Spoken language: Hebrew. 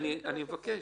אני מבקש.